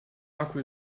akku